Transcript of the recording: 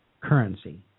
currency